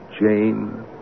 Jane